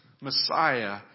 Messiah